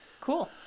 Cool